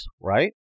right